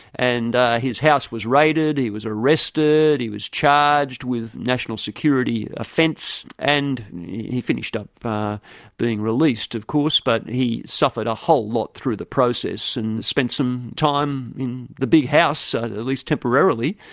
and his house was raided, he was arrested, he was charged with national security offence and he finished up being released, of course, but he suffered a whole lot through the process and spent some time in the big house, so at at least temporarily,